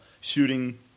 shooting